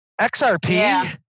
XRP